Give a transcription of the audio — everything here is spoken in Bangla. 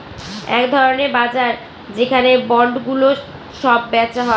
এক ধরনের বাজার যেখানে বন্ডগুলো সব বেচা হয়